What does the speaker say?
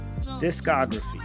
discography